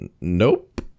nope